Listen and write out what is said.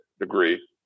degree